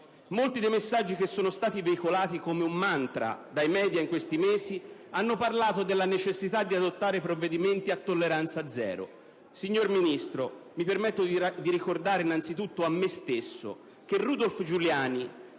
Molti dei messaggi che sono stati veicolati come un mantra dai media in questi mesi hanno affermato la necessità di adottare provvedimenti a tolleranza zero. Signor Ministro, mi permetto di ricordare innanzitutto a me stesso che Rudolph Giuliani,